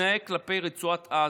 התנהג כלפי רצועת עזה.